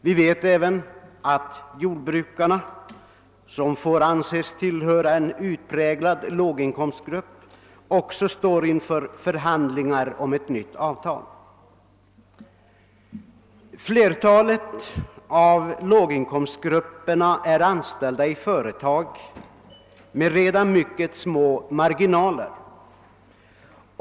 Vi vet även att jordbrukarna, som får anses tillhöra en utpräglad låginkomstgrupp, också står inför förhandlingar om ett nytt avtal. Flertalet av låginkomsttagarna är anställda i företag med redan nu mycket små marginaler.